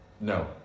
No